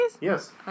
Yes